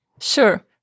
Sure